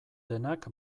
denak